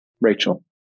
Rachel